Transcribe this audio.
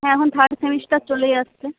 হ্যাঁ এখন third semester চলেই আসছে